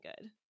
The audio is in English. good